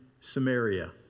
Samaria